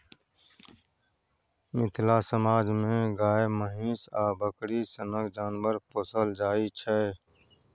मिथिला समाज मे गाए, महीष आ बकरी सनक जानबर पोसल जाइ छै